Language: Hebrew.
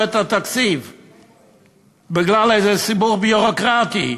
את הקצבה בגלל איזשהו סיבוך ביורוקרטי.